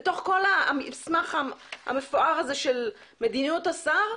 בתוך כל המסמך מפואר הזה של מדיניות השר,